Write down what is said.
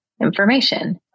information